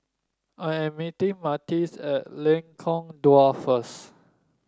I am meeting Matias at Lengkong Dua first